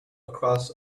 across